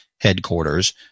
headquarters